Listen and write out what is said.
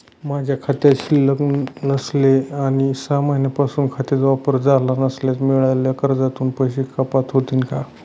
माझ्या खात्यात शिल्लक नसेल आणि सहा महिन्यांपासून खात्याचा वापर झाला नसल्यास मिळालेल्या कर्जातून पैसे कपात होतील का?